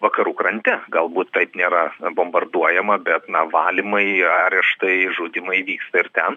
vakarų krante galbūt taip nėra bombarduojama bet na valymai areštai žudymai vyksta ir ten